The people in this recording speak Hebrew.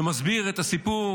שמסביר את הסיפור